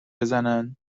بزنند